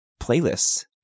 playlists